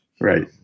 Right